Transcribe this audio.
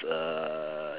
uh